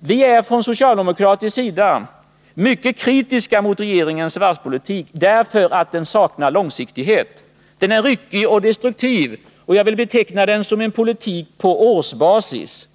Vi är från socialdemokratisk sida mycket kritiska mot regeringens varvspolitik därför att den saknar långsiktighet. Den är ryckig och destruktiv. Jag vill beteckna den som en politik på årsbasis.